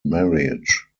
marriage